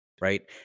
Right